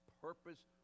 purpose